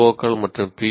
ஓக்கள் மற்றும் பி